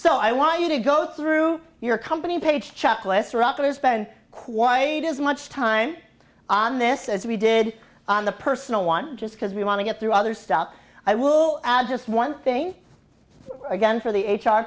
so i want you to go through your company page checklist or up to spend quite as much time on this as we did on the personal one just because we want to get through other stuff i will add just one thing again for the h